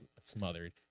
smothered